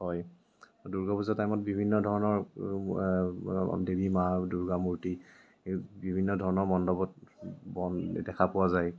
হয় দুৰ্গা পূজাৰ টাইমত বিভিন্ন ধৰণৰ দেৱী মা দুৰ্গা মূৰ্তি বি বিভিন্ন ধৰণৰ মণ্ডপত দেখা পোৱা যায়